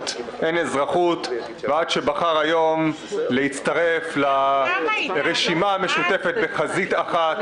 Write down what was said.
אין אזרחות" עד שבחר היום להצטרף לרשימה המשותפת בחזית אחת,